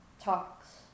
Talks